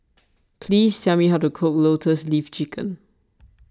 please tell me how to cook Lotus Leaf Chicken